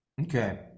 Okay